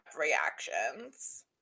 reactions